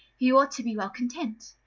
he ought to be well content.